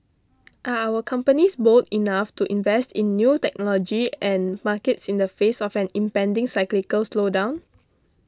are our companies bold enough to invest in new technology and markets in the face of an impending cyclical slowdown